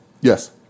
Yes